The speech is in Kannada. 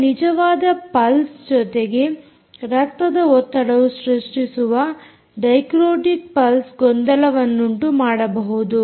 ಈಗ ನಿಜವಾದ ಪಲ್ಸ್ ಜೊತೆ ರಕ್ತದ ಒತ್ತಡವು ಸೃಷ್ಟಿಸುವ ಡೈಕ್ರೋಟಿಕ್ ಪಲ್ಸ್ ಗೊಂದಲವನ್ನುಂಟು ಮಾಡಬಹುದು